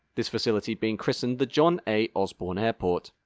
this facility being christened the john a. osborne airport.